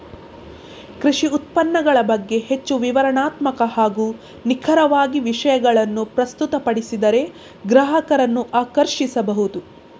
ಕೃಷಿ ಉತ್ಪನ್ನಗಳ ಬಗ್ಗೆ ಹೆಚ್ಚು ವಿವರಣಾತ್ಮಕ ಹಾಗೂ ನಿಖರವಾಗಿ ವಿಷಯಗಳನ್ನು ಪ್ರಸ್ತುತಪಡಿಸಿದರೆ ಗ್ರಾಹಕರನ್ನು ಆಕರ್ಷಿಸಬಹುದು